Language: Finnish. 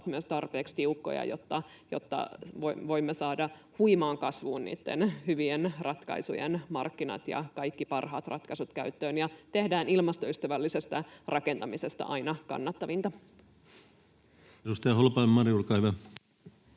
myös tarpeeksi tiukkoja, jotta voimme saada huimaan kasvuun niitten hyvien ratkaisujen markkinat ja kaikki parhaat ratkaisut käyttöön, ja tehdään ilmastoystävällisestä rakentamisesta aina kannattavinta.